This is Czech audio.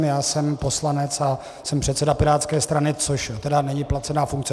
Já jsem poslanec a jsem předseda pirátské strany, což není placená funkce.